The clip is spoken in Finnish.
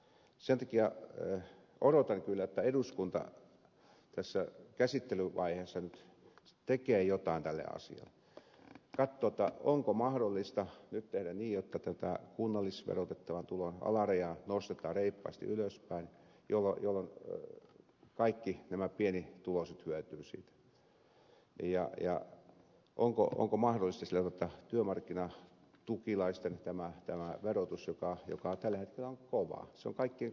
sen takia odotan kyllä että eduskunta tässä käsittelyvaiheessa tekee jotain tälle asialle katsoo onko mahdollista nyt tehdä niin jotta tätä kunnallisverotettavan tulon alarajaa nostetaan reippaasti ylöspäin jolloin kaikki nämä pienituloiset hyötyisivät ja onko mahdollista puuttua työmarkkinatukilaisten verotukseen joka tällä hetkellä on kova